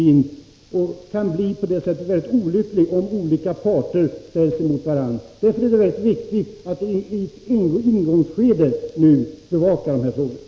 Det är då olyckligt om olika parter ställs emot varandra. Därför är det viktigt att bevaka frågorna i ett tidigt skede.